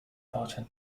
pattern